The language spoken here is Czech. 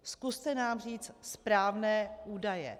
Zkuste nám říct správné údaje.